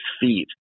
feet